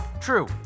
True